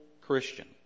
Christian